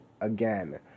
again